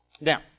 Now